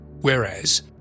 Whereas